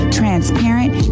transparent